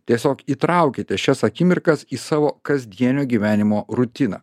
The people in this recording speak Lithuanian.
tiesiog įtraukite šias akimirkas į savo kasdienio gyvenimo rutiną